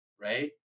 right